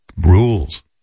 rules